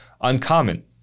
uncommon